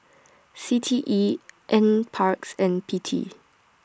C T E N Parks and P T